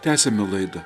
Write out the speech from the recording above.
tęsiame laidą